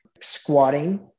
squatting